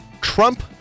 Trump